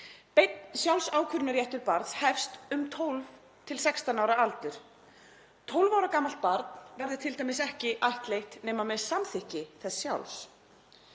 Beinn sjálfsákvörðunarréttur barns hefst um 12–16 ára aldurs. 12 ára gamalt barn verður t.d. ekki ættleitt nema með samþykki þess sjálfs.